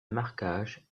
marquage